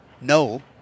No